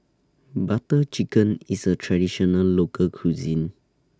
Butter Chicken IS A Traditional Local Cuisine